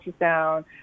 ultrasound